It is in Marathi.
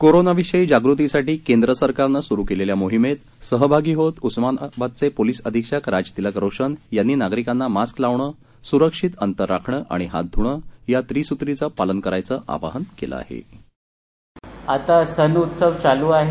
कोरोनाविषयी जागृतीसाठी केंद्र सरकारनं सुरु केलेल्या मोहीमेत सहभागी होत उस्मानाबादचे पोलीस अधिक्षक राजतिलक रोशन यांनी नागरिकांना मास्क लावणं सुरक्षित अंतर राखण आणि हात धूणं या त्रिसूत्रीचं पालन करण्याचं आवाहन केलं आहे